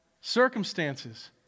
circumstances